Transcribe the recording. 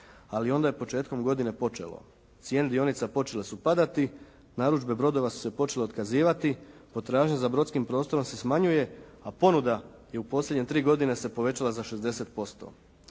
ali onda je početkom godine počelo. Cijene dionica počele su padati, narudžbe brodova su se počele otkazivati, potražnja za brodskim prostorom se smanjuje a ponuda je u posljednje tri godine se povećala za 60%."